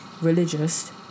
religious